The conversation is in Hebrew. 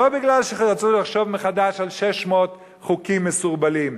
לא שרצו לחשוב מחדש על 600 סעיפים מסורבלים,